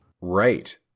Right